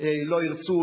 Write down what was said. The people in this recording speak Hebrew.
לא ירצו,